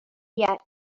yet